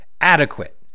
adequate